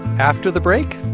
after the break,